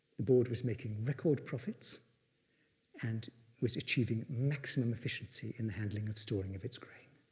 the board was making record profits and was achieving maximum efficiency in the handling of storing of its grain.